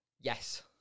Yes